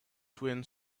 twin